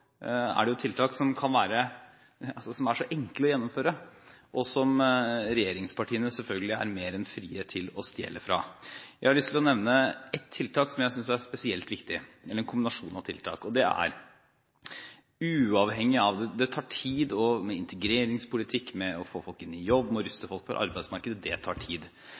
det tiltak som er så enkle å gjennomføre, og som regjeringspartiene selvfølgelig er mer enn frie til å stjele fra. Jeg har lyst til å nevne en kombinasjon av tiltak, som jeg synes er spesielt viktige. Å få på plass integreringspolitikk, å få folk ut i jobb og å ruste folk for arbeidsmarkedet tar tid.